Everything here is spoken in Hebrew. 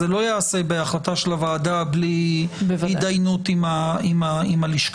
זה לא ייעשה בהחלטה של הוועדה בלי התדיינות עם הלשכה.